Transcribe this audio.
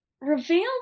reveal